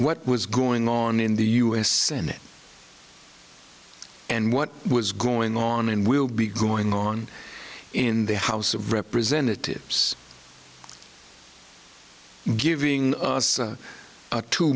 what was going on in the u s senate and what was going on and will be going on in the house of representatives giving us a two